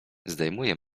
zdejmuje